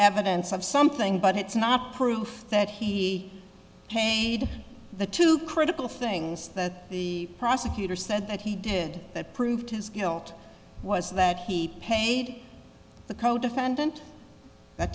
evidence of something but it's not proof that he paid the two critical things that the prosecutor said that he did that proved his guilt was that he paid the codefendant that